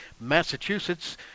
Massachusetts